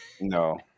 No